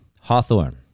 Hawthorne